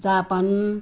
Japan